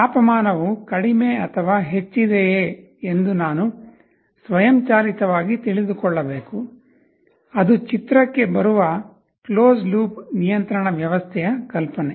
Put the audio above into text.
ತಾಪಮಾನವು ಕಡಿಮೆ ಅಥವಾ ಹೆಚ್ಚಿದೆಯೇ ಎಂದು ನಾನು ಸ್ವಯಂಚಾಲಿತವಾಗಿ ತಿಳಿದುಕೊಳ್ಳಬೇಕು ಅದು ಚಿತ್ರಕ್ಕೆ ಬರುವ ಕ್ಲೋಸ್ಡ್ ಲೂಪ್ ನಿಯಂತ್ರಣ ವ್ಯವಸ್ಥೆಯ ಕಲ್ಪನೆ